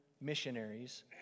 missionaries